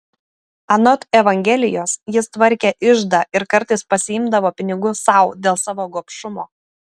anot evangelijos jis tvarkė iždą ir kartais pasiimdavo pinigų sau dėl savo gobšumo